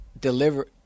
deliver